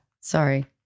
Sorry